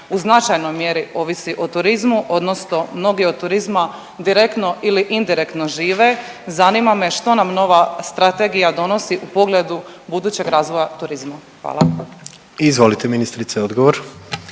u značajnoj mjeri ovisi o turizmu odnosno mnogi od turizma direktno ili indirektno žive. Zanima me što nam nova Strategija donosi u pogledu budućeg razvoja turizma? Hvala. **Jandroković,